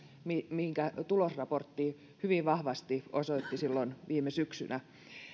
minkä tulosraportti hyvin vahvasti osoitti silloin viime syksynä